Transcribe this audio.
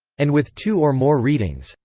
and with two or more readings,